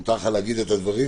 מותר לך להגיד את הדברים,